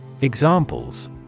Examples